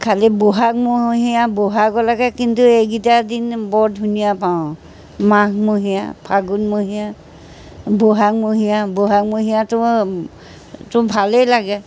খালী বহাগমহীয়া বহাগলৈকে কিন্তু এইকেইটা দিন বৰ ধুনীয়া পাওঁ মাঘমহীয়া ফাগুণমহীয়া বহাগমহীয়া বহাগমহীয়াটো তো ভালেই লাগে